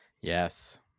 Yes